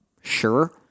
Sure